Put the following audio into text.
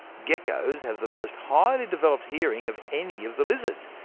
geckos have the most highly developed hearing of any of the lizards.